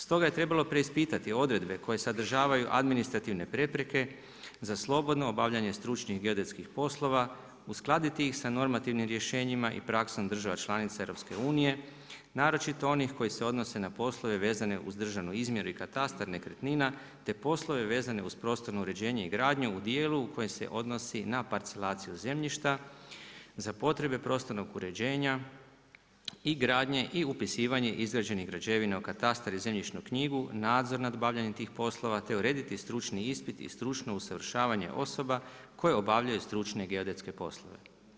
Stoga je trebalo preispitati odredbe koje sadržavaju administrativne prepreke za slobodno obavljanje stručnih geodetskih poslova, uskladiti ih sa normativnih rješenjima i praksom država članica EU, naročito onih koji se odnose na poslove vezane uz državnu izmjeru i katastar nekretnina, te poslove vezane uz prostorno uređenje i gradnju u dijelu koje se odnosi na parcelaciju zemljišta za potrebe prostornog uređenja i gradnje i upisivanje izgrađenih građevina u katastar i zemljišnu knjigu, nadzor nad obavljanje tih poslova, te urediti stručni ispit i stručno usavršavanje osoba, koje obavljaju stručne i geodetske poslove.